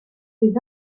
ses